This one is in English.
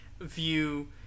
view